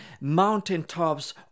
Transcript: mountaintops